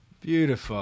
beautiful